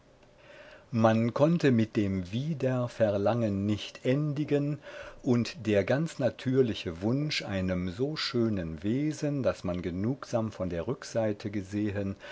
man konnte mit dem wiederverlangen nicht endigen und der ganz natürliche wunsch einem so schönen wesen das man genugsam von der rückseite gesehen